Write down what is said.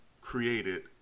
created